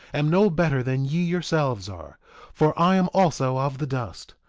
am no better than ye yourselves are for i am also of the dust.